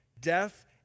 death